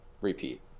repeat